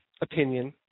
opinion